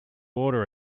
order